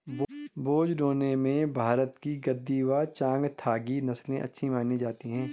बोझा ढोने में भारत की गद्दी व चांगथागी नस्ले अच्छी मानी जाती हैं